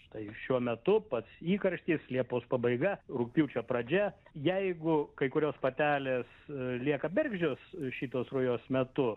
štai šiuo metu pats įkarštis liepos pabaiga rugpjūčio pradžia jeigu kai kurios patelės lieka bergždžios šitos rujos metu